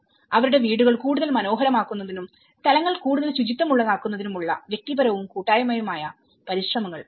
അവരുടെ വീടുകൾ കൂടുതൽ മനോഹരമാക്കുന്നതിനും സ്ഥലങ്ങൾ കൂടുതൽ ശുചിത്വമുള്ളതാക്കുന്നതിനുമുള്ള വ്യക്തിപരവും കൂട്ടായതുമായ പരിശ്രമങ്ങൾ ഉണ്ടായി